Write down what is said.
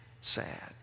sad